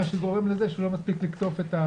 דבר שגורם לזה שהוא לא מספיק לקטוף את ה